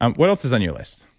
um what else is on your list?